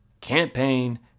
campaign